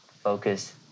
Focus